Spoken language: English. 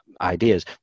ideas